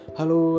Hello